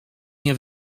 nie